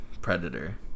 Predator